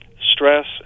stress